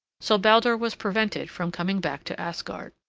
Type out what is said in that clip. so baldur was prevented from coming back to asgard.